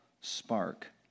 spark